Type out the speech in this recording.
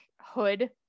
hood